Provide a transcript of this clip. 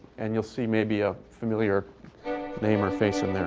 and you'll see, maybe, a familiar name or face in